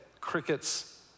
crickets